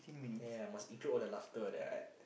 yeah yeah must include all the laughter all that right